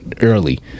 early